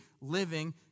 living